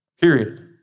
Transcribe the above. Period